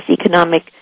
economic